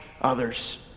others